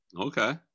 Okay